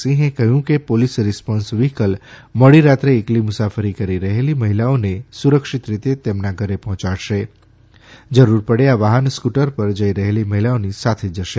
સિંહે કહ્યું કે પોલીસ રીસ્પોન્સ વ્હીકલ મોડી રાત્રે એકલી મુસાફરી કરી રહેલી મહિલાઓને સુરક્ષિત રીતે તેમના ઘરે પહોંચાડશે જરૂર પડયે આ વાહન સ્ક્ટર પર જઇ રહેલી મહિલાની સાથે જશે